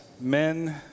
men